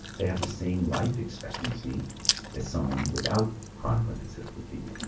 they have the same life expectancy as someone without chronic lymphocytic leukemia.